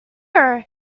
here